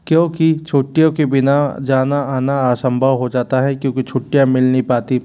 क्योंकि छुट्टियों के बिना जाना आना असंभव हो जाता है क्योंकि छुट्टियाँ मिल नहीं पाती